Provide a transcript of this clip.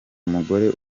umugore